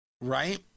right